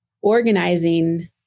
organizing